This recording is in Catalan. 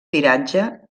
tiratge